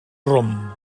rom